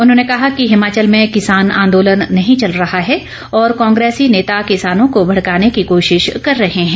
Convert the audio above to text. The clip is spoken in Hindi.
उन्होंने कहा कि हिमाचल में किसान आंदोलन नहीं चल रहा है और कांग्रेसी नेता किसानों को भड़काने की कोशिश कर रहे हैं